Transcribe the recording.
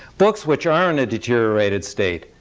books which are in a deteriorated state,